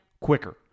quicker